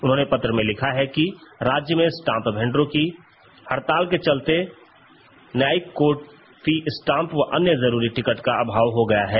उन्होंने पत्र में लिखा है कि राज्य में स्टाम्प भेंडरों की हड़ताल के चलते न्यायिक कोर्ट फी स्टाम्प व अन्य जरूरी टिकट का अभाव हो गया है